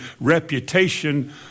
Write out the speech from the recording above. reputation